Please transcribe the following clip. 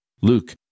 Luke